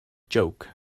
joke